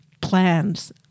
plans